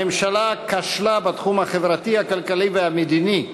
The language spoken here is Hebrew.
הממשלה כשלה בתחום החברתי, הכלכלי והמדיני.